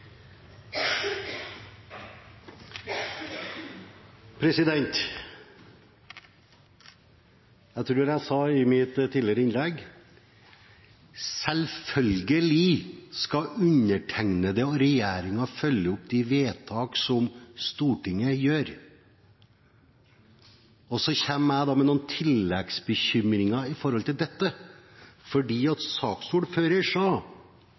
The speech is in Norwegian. Jeg tror jeg sa i mitt tidligere innlegg at selvfølgelig skal undertegnede og regjeringen følge opp de vedtak som Stortinget gjør. Og så kommer jeg med noen tilleggsbekymringer knyttet til dette, fordi saksordføreren sa